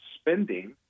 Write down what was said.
spending